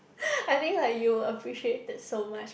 I think like you appreciate it so much